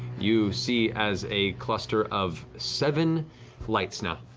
you see as a cluster of seven lights now